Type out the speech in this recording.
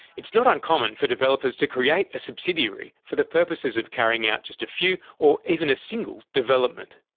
it's not uncommon for developers to create a subsidiary for the purposes of carrying out just a few or even a single development.